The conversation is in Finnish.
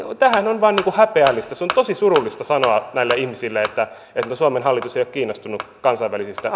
tämähän on vain häpeällistä on tosi surullista sanoa näille ihmisille että että suomen hallitus ei ole kiinnostunut kansainvälisistä